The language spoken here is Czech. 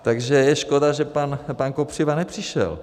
Takže je škoda, že pan Kopřiva nepřišel.